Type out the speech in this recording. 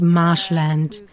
marshland